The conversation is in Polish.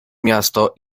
miasto